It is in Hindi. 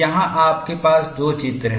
यहाँ आपके पास 2 चित्र हैं